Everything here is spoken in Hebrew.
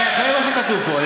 אני אחראי למה שכתוב פה.